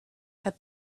had